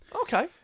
Okay